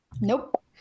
nope